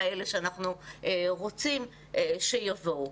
אלה שאנחנו רוצים שיבואו.